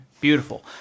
Beautiful